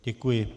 Děkuji.